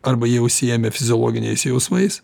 arba jie užsiėmę fiziologiniais jausmais